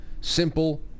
simple